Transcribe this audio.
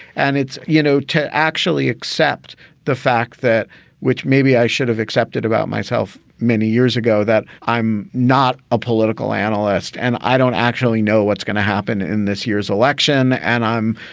and it's, you know, to actually accept the fact that which maybe i should have accepted about myself many years ago, that i'm not a political analyst and i don't actually know what's going to happen in this year's election. and i'm,